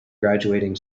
graduating